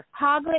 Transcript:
hoglet